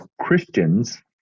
Christians